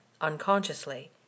unconsciously